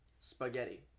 spaghetti